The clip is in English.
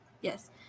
Yes